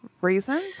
reasons